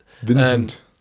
vincent